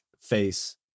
face